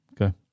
Okay